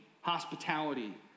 hospitality